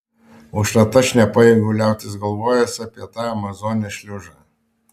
užtat aš nepajėgiu liautis galvojęs apie tą amazonės šliužą